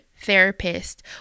therapist